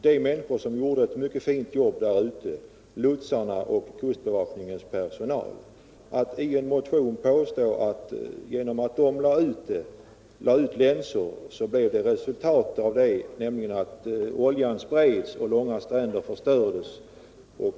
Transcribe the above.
De människor som gjorde ett mycket fint jobb — lotsarna och kustbevakningens personal — utsätts för ett påhopp när motionärerna påstår att resultatet av deras arbete blev att oljan spreds och långa stränder förstördes.